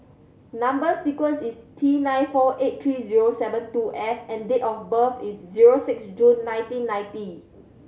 number sequence is T nine four eight three zero seven two F and date of birth is zero six June nineteen ninety